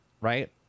right